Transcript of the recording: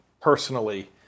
personally